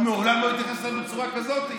הוא מעולם לא התייחס אליהם בצורה כזאת.